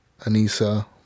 Anissa